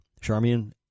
Charmian